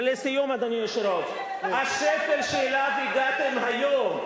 ולסיום, אדוני היושב-ראש, השפל שאליו הגעתם היום,